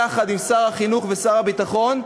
יחד עם שר החינוך ושר הביטחון,